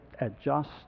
adjust